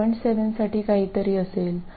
7 साठी काहीतरी असेल 4